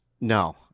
No